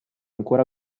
ancora